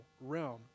realm